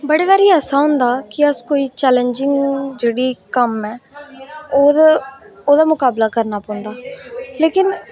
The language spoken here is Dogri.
बड़े बारी ऐसा होंदा कि अस कोई चेलैंजिंग कम्म ऐ ओह्दा मुकाबला करना पौंदा लेकिन